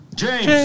James